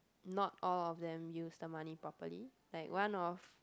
not all of them used the money properly like one of